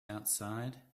outside